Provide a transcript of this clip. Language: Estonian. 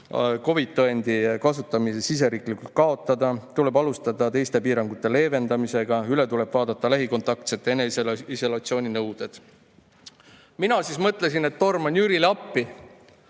COVID-tõendi kasutamine siseriiklikult kaotada, tuleb alustada teiste piirangute leevendamisega, üle tuleb vaadata lähikontaktsete eneseisolatsiooni nõuded." Mina siis mõtlesin, et torman Jürile appi